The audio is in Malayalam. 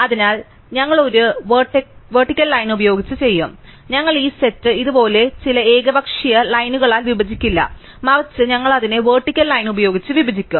അതിനാൽ ഞങ്ങൾ ഇത് ഒരു വെർട്ടിക്കൽ ലൈൻ ഉപയോഗിച്ച് ചെയ്യും അതിനാൽ ഞങ്ങൾ ഈ സെറ്റ് ഇതുപോലുള്ള ചില ഏകപക്ഷീയ ലൈൻകളാൽ വിഭജിക്കില്ല മറിച്ച് ഞങ്ങൾ അതിനെ വെർട്ടിക്കൽ ലൈൻ ഉപയോഗിച്ച് വിഭജിക്കും